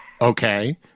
Okay